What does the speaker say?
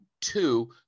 two